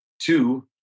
Two